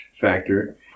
factor